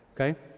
Okay